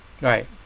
Right